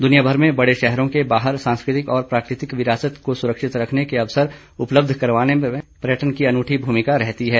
दुनियाभर में बड़े शहरों के बाहर सांस्कृतिक और प्राकृतिक विरासत को सुरक्षित रखने के अवसर उपलब्ध करवाने में पर्यटन की अनुठी भूमिका रहती है